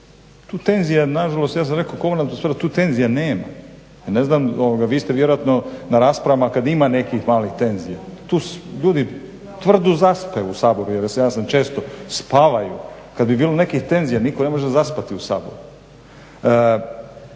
Tu tenzija nažalost ja sam rekao … tu tenzija nema. Vi ste vjerojatno na raspravama kada ima nekih malih tenzija. Tu ljudi tvrdo zaspe u Saboru, spavaju. Kada bi bilo nekih tenzija nitko ne može zaspati u Saboru.